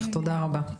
תודה רבה.